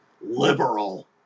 liberal